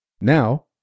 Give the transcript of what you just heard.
Now